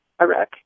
Iraq